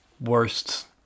worst